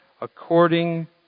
according